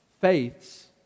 faiths